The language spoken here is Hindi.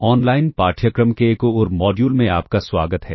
ऑनलाइन पाठ्यक्रम के एक और मॉड्यूल में आपका स्वागत है